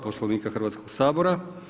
Poslovnika Hrvatskog sabora.